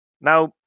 Now